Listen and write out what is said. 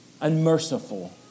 unmerciful